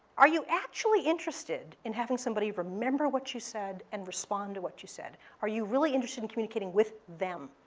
are you actually interested in having somebody remember what you said and respond to what you said? are you really interested in communicating with them?